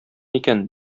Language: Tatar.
икән